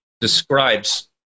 describes